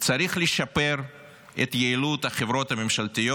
צריך לשפר את יעילות החברות הממשלתיות.